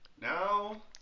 Now